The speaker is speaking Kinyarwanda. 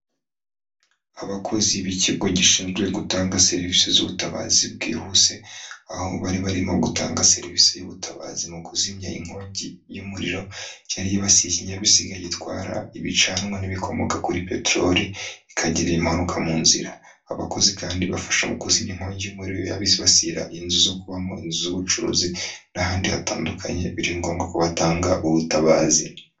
Abakozi b'ikigo gishinzwe gutanga serivisi z'ubutabazi bwihuse, aho bari barimo gutanga serivisi y'ubutabazi mu kuzimya inkongi y'umuriro yari yibasiye ikinyabiziga gitwara ibicanwa n'ibikomoka kuri peteroli, ikagira impanuka mu nzira. Abakozi kandi bafasha mu kuzimya inkingi y'umuriro yaba izibasira inzu zo kubamo, inzu z'ubucuruzi n'ahandi hatandukanye, biri ngombwa ko batanga ubutabazi.